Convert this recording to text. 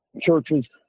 churches